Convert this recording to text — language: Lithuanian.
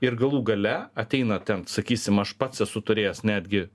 ir galų gale ateina ten sakysim aš pats esu turėjęs netgi